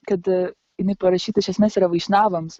kad jinai parašyta iš esmės yra vaišnavams